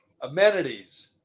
Amenities